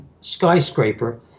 skyscraper